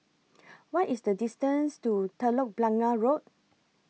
What IS The distance to Telok Blangah Road